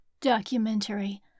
documentary